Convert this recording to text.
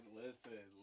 listen